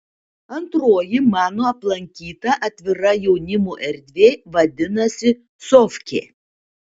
antroji mano aplankyta atvira jaunimo erdvė vadinasi sofkė